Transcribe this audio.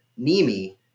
Nimi